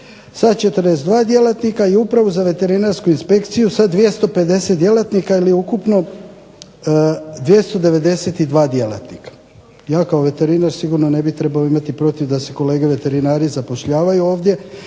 sa 42 djelatnika i Upravu za veterinarsku inspekciju sa 250 djelatnika ili ukupno 292 djelatnika. Ja kao veterinar sigurno ne bih trebao imati protiv da se kolege veterinari zapošljavaju ovdje,